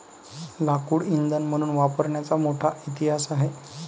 लाकूड इंधन म्हणून वापरण्याचा मोठा इतिहास आहे